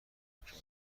میکرده